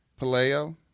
Paleo